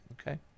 Okay